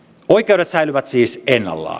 oikeudet säilyvät siis ennallaan